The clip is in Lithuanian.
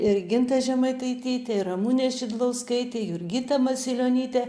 ir ginta žemaitaitytė ir ramunė šidlauskaitė jurgita masiulionytė